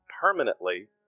permanently